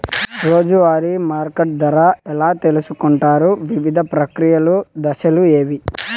రోజూ వారి మార్కెట్ ధర ఎలా తెలుసుకొంటారు వివిధ ప్రక్రియలు దశలు ఏవి?